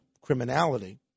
criminality